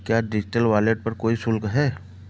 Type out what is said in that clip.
क्या digital wallet पर कोई शुल्क है?